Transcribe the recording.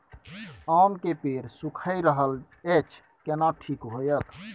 आम के पेड़ सुइख रहल एछ केना ठीक होतय?